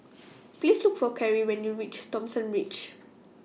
Please Look For Cary when YOU REACH Thomson Ridge